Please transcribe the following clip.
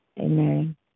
Amen